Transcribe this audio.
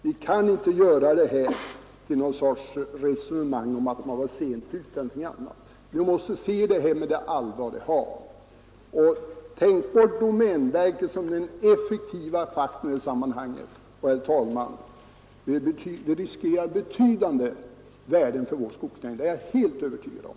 Vi kan inte göra det här till någon sorts resonemang om att man varit sent ute e. d. — vi måste se på frågan med det allvar den kräver. Tänk bort domänverket som den effektiva faktorn här — och vi riskerar, herr talman, betydande värden för vår skogsnäring. Det är jag helt övertygad om.